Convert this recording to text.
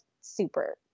super